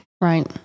Right